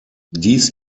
dies